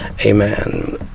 Amen